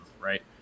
right